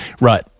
Right